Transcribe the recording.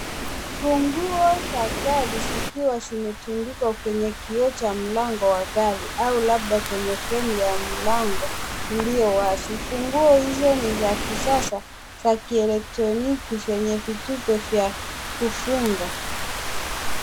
Funguo za gari zikiwa zimetundikwa kwenye kioo cha mlango wa gari au labda kwenye fremu ya mlango, ulio wazi. Funguo hizo ni za kisasa za kielektroniki zenye vitufe vya kufunga.